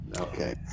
Okay